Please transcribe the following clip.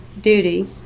duty